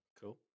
Cool